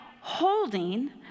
holding